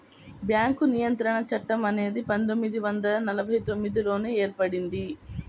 bank నియంత్రణ చట్టం అనేది పందొమ్మిది వందల నలభై తొమ్మిదిలోనే ఏర్పడింది